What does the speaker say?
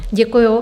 Děkuju.